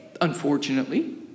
unfortunately